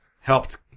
Helped